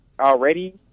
already